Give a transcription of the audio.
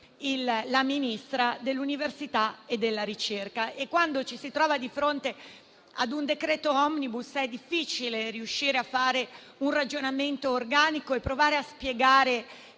la Ministra dell'università e della ricerca. Quando ci si trova di fronte ad un decreto *omnibus* è difficile riuscire a fare un ragionamento organico e provare a spiegare